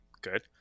Good